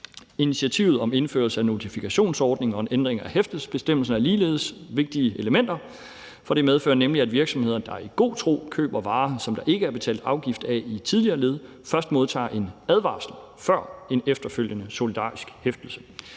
Initiativet om indførelse af en notifikationsordning og en ændring af hæftelsesbestemmelsen er ligeledes vigtige elementer. For det medfører nemlig, at virksomheder, der i god tro køber varer, som der ikke er betalt afgift af i tidligere led, først modtager en advarsel før en efterfølgende solidarisk hæftelse,